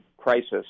crisis